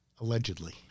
Allegedly